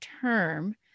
term